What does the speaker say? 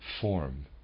form